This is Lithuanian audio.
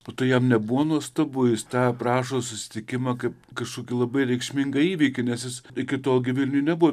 po to jam nebuvo nuostabu jis tą aprašo susitikimą kaip kažkokį labai reikšmingą įvykį nes jis iki tol gi vilniuj nebuvo